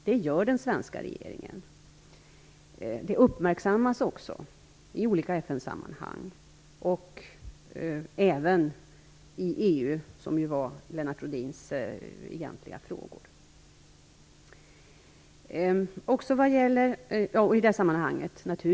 Det gör den svenska regeringen, vilket också uppmärksammas i olika FN sammanhang och även i EU-sammanhang, som Lennart Rohdins frågor egentligen handlade om.